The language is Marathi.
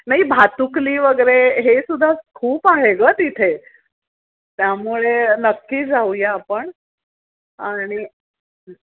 नाई भातुकली वगैरे हे सुद्धा खूप आहे गं तिथे त्यामुळे नक्की जाऊया आपण आणि